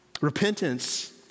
Repentance